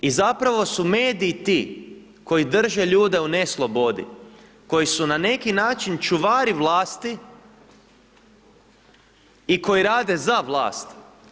I zapravo su mediji ti koji drže ljude u neslobodi, koji su na neki način čuvari vlasti i koji rade za vlast.